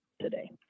today